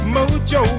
Mojo